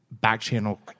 back-channel